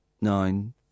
nine